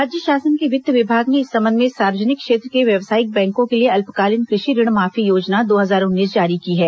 राज्य शासन के वित्त विभाग ने इस संबंध में सार्वजनिक क्षेत्र के व्यावसायिक बैंकों के लिए अल्पकालीन कृषि ऋण माफी योजना दो हजार उन्नीस जारी की है